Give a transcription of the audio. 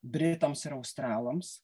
britams ir australams